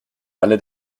alle